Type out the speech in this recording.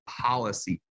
policy